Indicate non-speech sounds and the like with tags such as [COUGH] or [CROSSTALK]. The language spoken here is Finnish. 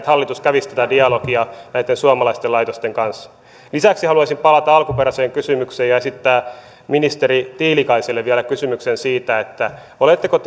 [UNINTELLIGIBLE] hallitus kävisi tätä dialogia näitten suomalaisten laitosten kanssa lisäksi haluaisin palata alkuperäiseen kysymykseen ja esittää ministeri tiilikaiselle vielä kysymyksen oletteko [UNINTELLIGIBLE]